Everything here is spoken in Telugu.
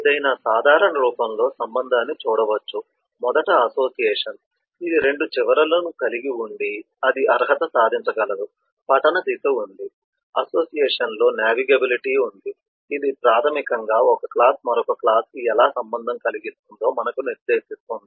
ఏదైనా సాధారణ రూపంలో సంబంధాన్ని చూడవచ్చు మొదట అసోసియేషన్ ఇది 2 చివరలను కలిగి ఉండి అది అర్హత సాధించగలదు పఠన దిశ ఉంది అసోసియేషన్లో నావిగేబిలిటీ ఉంది ఇది ప్రాథమికంగా ఒక క్లాస్ మరొక క్లాస్కి ఎలా సంబంధం కలిగిస్తుందో మనకు నిర్దేశిస్తుంది